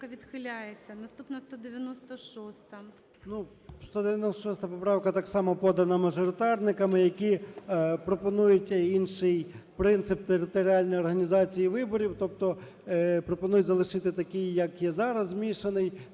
Поправка відхиляється. Наступна – 196-а. 13:53:20 ЧЕРНЕНКО О.М. Ну, 196 поправка так само подана мажоритарниками, які пропонують інший принцип територіальної організації виборів, тобто пропонують залишити такій, як є зараз, змішаний